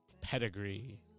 pedigree